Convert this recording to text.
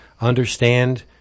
understand